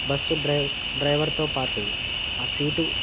bus డ్రై డ్రైవర్తో పాటు ఆ సీటు